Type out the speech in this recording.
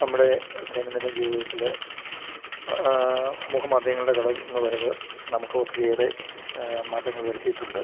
നമ്മുടെ ദൈനംദിന ജീവിതത്തിൽ സമൂഹ മാധ്യങ്ങളുടെ കടന്നുവരവ് നമുക്ക് ഒത്തിരിയേറെ മാറ്റങ്ങൾ വരുത്തിയിട്ടുണ്ട്